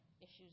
issues